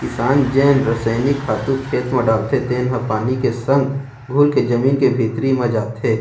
किसान जेन रसइनिक खातू खेत म डालथे तेन ह पानी के संग घुलके जमीन के भीतरी म जाथे,